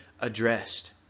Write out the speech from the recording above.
addressed